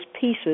pieces